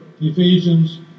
Ephesians